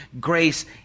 grace